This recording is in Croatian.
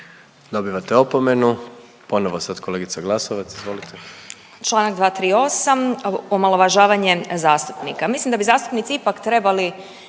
Dobivate opomenu. Ponovo sad kolegica Glasovac, izvolite.